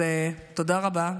אז תודה רבה,